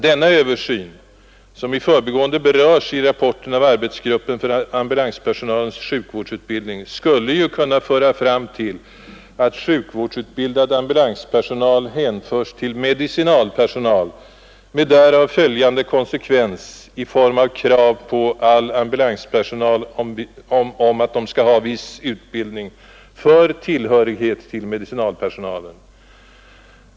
Denna översyn, som i förbigående berörs i rapporten av arbetsgruppen för ambulanspersonalens sjukvårdsutbildning, skulle ju kunna föra fram till att sjukvårdsutbildad ambulanspersonal hänföres till medicinalpersonal — med därav följande konsekvens i form av krav på all ambulanspersonal om viss utbildning för tillhörighet till medicinalpersonalen.